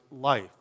life